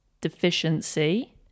deficiency